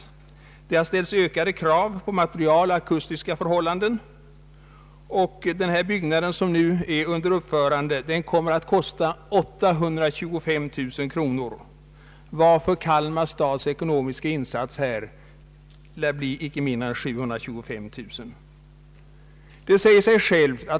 Ökade krav har ställts på materiel och akustiska förhållanden, och den byggnad som nu är under uppförande kommer att kosta 825000 kronor, varför Kalmar stads ekonomiska insats här lär bli inte mindre än 725 000 kronor.